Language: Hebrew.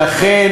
זה סיפור אחר.